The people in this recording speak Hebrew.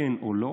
כן או לא,